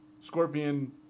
scorpion